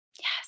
Yes